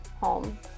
home